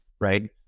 right